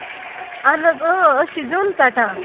اَہَن حظ أسۍ چھِ زیُن ژَٹان